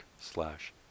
slash